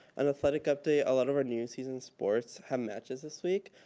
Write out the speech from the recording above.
an athletic update, a lot of our new season sports have matches this week,